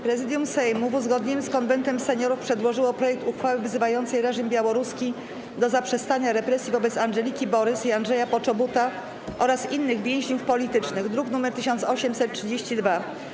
Prezydium Sejmu, w uzgodnieniu z Konwentem Seniorów, przedłożyło projekt uchwały wzywającej reżim białoruski do zaprzestania represji wobec Andżeliki Borys i Andrzeja Poczobuta oraz innych więźniów politycznych, druk nr 1832.